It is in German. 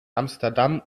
amsterdam